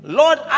lord